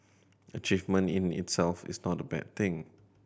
achievement in itself is not a bad thing